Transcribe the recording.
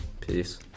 peace